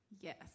Yes